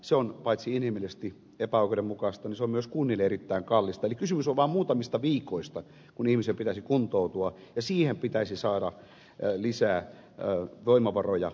se on paitsi inhimillisesti epäoikeudenmukaista myös kunnille erittäin kallista eli kysymys on vain muutamista viikoista kun ihmisen pitäisi kuntoutua ja siihen pitäisi saada lisää voimavaroja